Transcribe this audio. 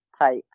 type